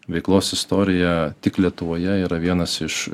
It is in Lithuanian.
veiklos istorija tik lietuvoje yra vienas iš